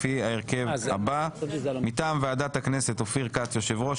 לפי ההרכב הבא: מטעם ועדת הכנסת: אופיר כץ יו"ר,